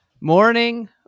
morning